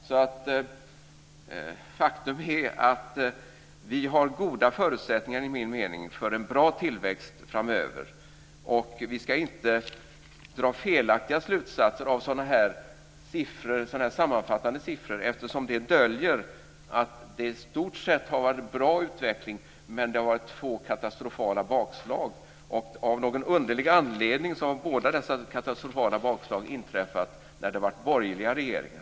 Faktum är enligt min mening att vi har goda förutsättningar för en bra tillväxt framöver. Vi ska inte dra felaktiga slutsatser av sådana sammanfattande siffror, eftersom de döljer att det i stort sett har varit en bra utveckling trots två katastrofala bakslag. Av någon underlig anledning har båda dessa katastrofala bakslag inträffat när det har varit borgerliga regeringar.